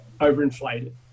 overinflated